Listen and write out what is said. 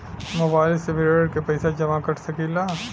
Mobile से भी ऋण के पैसा जमा कर सकी ला?